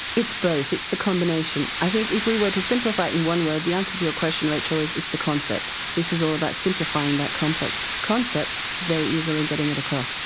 it's both. it's the combination. i think if we were to simplify it in one word, the answer to your question, rachel, is it's the concept. this is all about simplifying that complex concept and very easily getting it across.